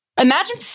Imagine